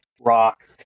rock